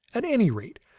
at any rate,